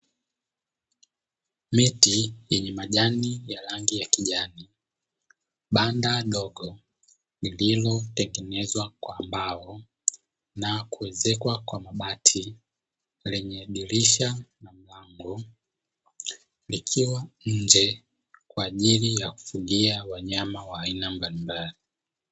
Miti yenye majani ya rangi ya kijani, banda dogo lililotengenezwa kwa mbao na kuezekwa kwa mabati lenye dirisha na mlango likiwa nje, kwa ajili ya kufugia wanyama wa aina mbalimbali.